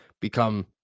become